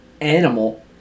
animal